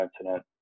incident